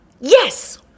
Yes